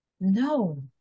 No